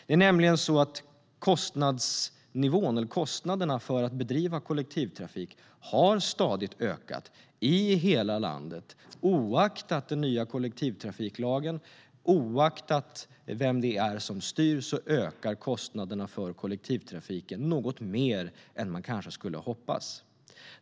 Det är nämligen så att kostnaderna för att bedriva kollektivtrafik stadigt har ökat i hela landet oaktat den nya kollektivtrafiklagen, och oaktat vem det är som styr ökar kostnaderna för kollektivtrafiken något mer än man kanske skulle hoppas.